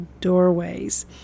doorways